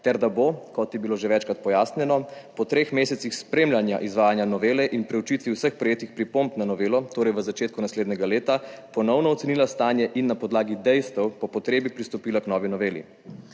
ter da bo, kot je bilo že večkrat pojasnjeno, po treh mesecih spremljanja izvajanja novele in preučitvi vseh prejetih pripomb na novelo, torej v začetku naslednjega leta ponovno ocenila stanje in na podlagi dejstev po potrebi pristopila k novi noveli.